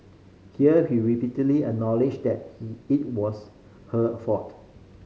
here he repeatedly acknowledged that it was her fault